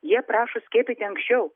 jie prašo skiepyti anksčiau